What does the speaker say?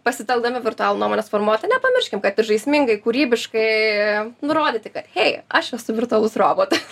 pasitelkdami virtualų nuomonės formuotoją nepamirškim kad ir žaismingai kūrybiškai nurodyti kad hey aš esu virtualus robotas